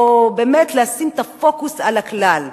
או באמת לשים את הפוקוס על הכלל?